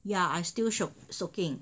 yeah I still shiok soaking